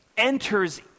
enters